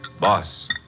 Boss